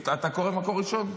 אתה קורא מקור ראשון?